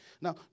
Now